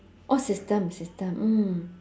oh system system mm